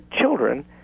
children